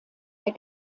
der